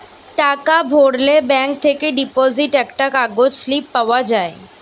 টাকা ভরলে ব্যাঙ্ক থেকে ডিপোজিট একটা কাগজ স্লিপ পাওয়া যায়